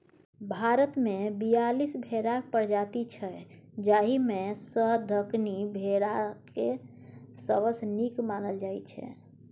भारतमे बीयालीस भेराक प्रजाति छै जाहि मे सँ दक्कनी भेराकेँ सबसँ नीक मानल जाइ छै